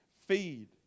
feed